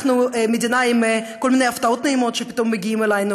אנחנו מדינה עם כל מיני הפתעות נעימות שפתאום מגיעות אלינו